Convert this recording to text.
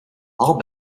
all